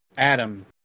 Adam